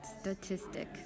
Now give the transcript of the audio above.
statistic